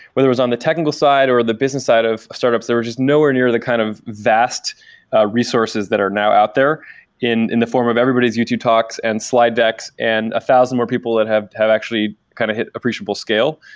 whether it was on the technical side or the business side of startups, they were just nowhere near the kind of vast resources that are now out there in in the form of everybody's youtube talks and slide decks and a thousand more people that have have actually kind of hit appreciable scale.